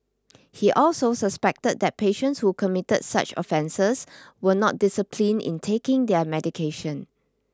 he also suspected that patients who committed such offences were not disciplined in taking their medication